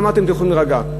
אמרתי: אתם יכולים להירגע.